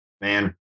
man